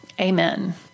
Amen